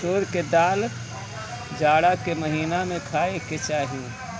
मसूर के दाल जाड़ा के महिना में खाए के चाही